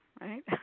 right